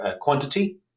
quantity